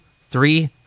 three